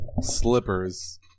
slippers